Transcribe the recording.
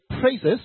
praises